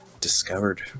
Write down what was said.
discovered